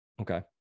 Okay